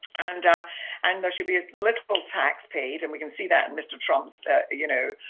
and and there should be as little tax paid, and we can see that in mr trump's you know